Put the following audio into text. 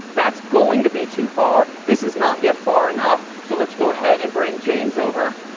that's going to be too far. this is not yet far enough. so let's go ahead and bring james over.